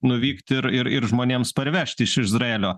nuvykti ir ir žmonėms parvežt iš izraelio